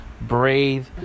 breathe